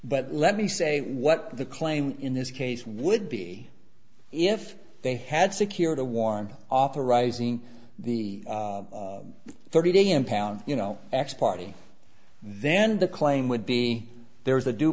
but let me say what the claim in this case would be if they had secured a warrant authorizing the thirty day impound you know x party then the claim would be there was a due